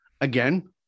Again